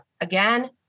again